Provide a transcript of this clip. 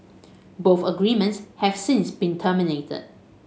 both agreements have since been terminated